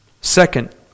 Second